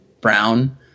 Brown